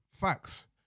Facts